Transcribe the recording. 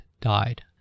died